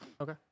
Okay